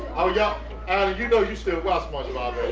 um yeah you know you still watch spongebob.